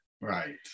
Right